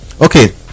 okay